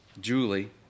Julie